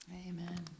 Amen